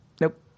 Nope